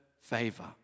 favor